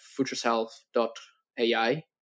futureself.ai